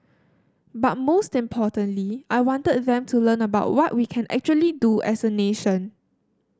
but most importantly I wanted them to learn about what we can actually do as a nation